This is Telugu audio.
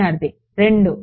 విద్యార్థి 2